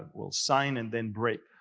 will sign and then break?